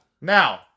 Now